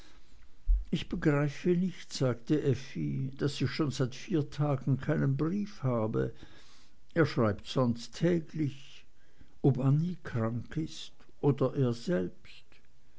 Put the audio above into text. ich begreife nicht sagte effi daß ich schon seit vier tagen keinen brief habe er schreibt sonst täglich ob annie krank ist oder er selbst